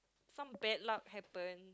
some bad luck happen